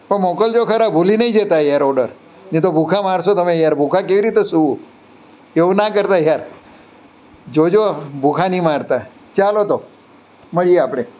પણ મોકલજો ખરા ભૂલી નહીં જતાં યાર ઓડર નહીં તો ભૂખ્યા મારશો તમે યાર ભૂખ્યા કેવી રીતે સૂવું એવું ના કરતા યાર જોજો ભૂખ્યા નહીં મારતા ચાલો તો મળીએ આપણે